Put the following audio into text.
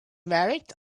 merit